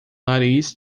nariz